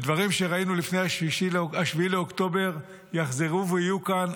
ודברים שראינו לפני 7 באוקטובר יחזרו ויהיו כאן,